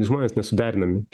žmonės nesuderinami